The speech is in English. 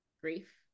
grief